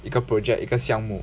一个 project 一个项目